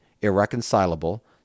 irreconcilable